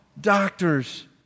doctors